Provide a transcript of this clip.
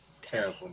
Terrible